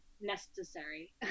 necessary